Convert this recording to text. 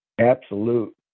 absolute